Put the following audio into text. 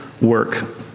work